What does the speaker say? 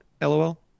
LOL